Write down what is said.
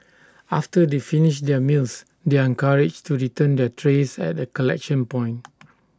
after they finish their meals they are encouraged to return their trays at A collection point